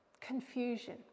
confusion